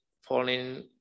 falling